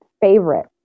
favorite